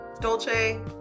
Dolce